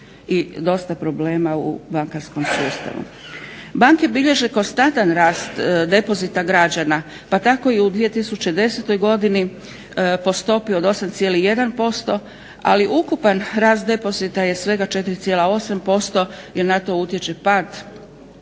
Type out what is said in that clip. dosta problema u bankarskom sustavu. Banke bilježe konstantan rast depozita građana pa tako i u 2010.godini po stopi od 8,1% ali ukupan rast depozita je svega 4,8% jer na to utječe pad